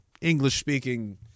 English-speaking